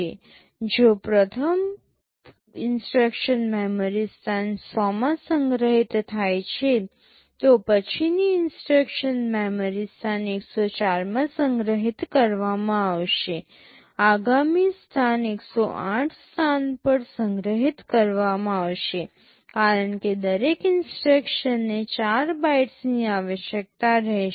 તેથી જો પ્રથમ ઇન્સટ્રક્શન મેમરી સ્થાન 100 માં સંગ્રહિત થાય છે તો પછીની ઇન્સટ્રક્શન મેમરી સ્થાન 104 માં સંગ્રહિત કરવામાં આવશે આગામી સ્થાન 108 સ્થાન પર સંગ્રહિત કરવામાં આવશે કારણ કે દરેક ઇન્સટ્રક્શન ને 4 બાઇટ્સની આવશ્યકતા રહેશે